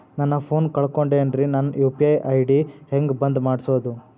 ನನ್ನ ಫೋನ್ ಕಳಕೊಂಡೆನ್ರೇ ನನ್ ಯು.ಪಿ.ಐ ಐ.ಡಿ ಹೆಂಗ್ ಬಂದ್ ಮಾಡ್ಸೋದು?